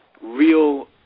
real